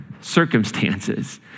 circumstances